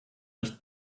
nicht